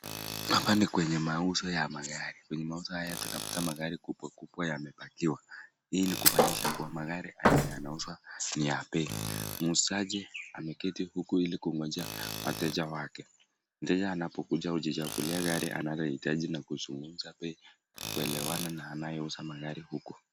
Hapa ni kwenye mauzo ya magari. Kwenye mauzo haya tunapata magari makubwa yamepakiwa. Hii ni kumaanisha kuwa magari haya yanauzwa ni ya bei. Muuzaji ameketi huku ili kungojea wateja wake, mteja anapokuja hujichagulia gari analohitaji na kuzungumza bei kuelewana na anayeuza magari huku.